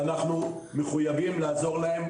ואנחנו מחויבים לעזור להם,